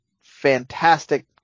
fantastic